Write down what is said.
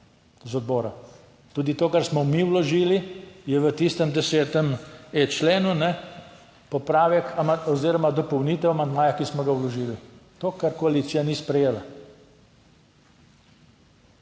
z odbora; tudi to, kar smo mi vložili je v tistem 10.e členu, ne, popravek oziroma dopolnitev amandmaja, ki smo ga vložili, to, kar koalicija ni sprejela.